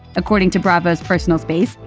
according to bravo's personal space,